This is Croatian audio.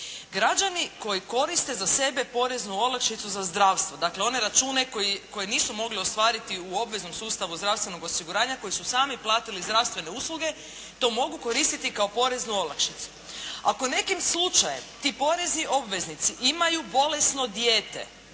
Građani koji koriste za sebe poreznu olakšicu za zdravstvo, one račune koji nisu mogli ostvariti u obveznom sustavu zdravstvenog osiguranja koji su sami platili zdravstvene usluge to mogu koristiti kao poreznu olakšicu. Ako nekim slučajem ti porezni obveznici imaju bolesno dijete